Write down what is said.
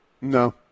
No